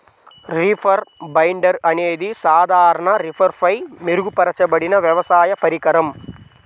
reaper binder అనేది సాధారణ రీపర్పై మెరుగుపరచబడిన వ్యవసాయ పరికరం